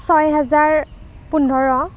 ছয় হেজাৰ পোন্ধৰ